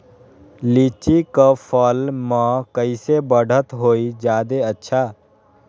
लिचि क फल म कईसे बढ़त होई जादे अच्छा?